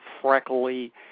freckly